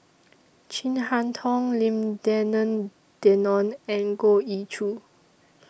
Chin Harn Tong Lim Denan Denon and Goh Ee Choo